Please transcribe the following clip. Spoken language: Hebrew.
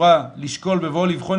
שלום לכולם,